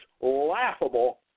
laughable